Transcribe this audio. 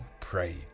pray